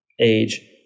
age